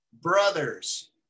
brothers